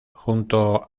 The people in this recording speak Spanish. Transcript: junto